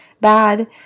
bad